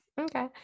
Okay